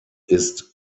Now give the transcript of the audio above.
ist